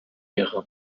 mehrere